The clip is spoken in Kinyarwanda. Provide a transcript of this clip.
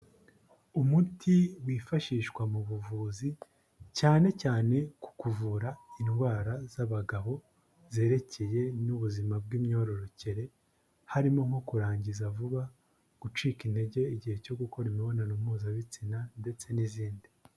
Umuti wifashishwa mu buvuzi, cyane cyane ku kuvura indwara z'abagabo zerekeye n'ubuzima bw'imyororokere harimo nko kurangiza vuba, gucika intege igihe cyo gukora imibonano mpuzabitsina ndetse n'izindi.